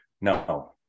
no